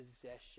possession